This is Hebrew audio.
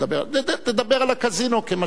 תדבר על הקזינו כמשל.